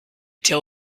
tell